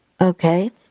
Okay